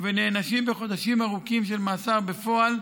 ונענשים בחודשים ארוכים של מאסר בפועל,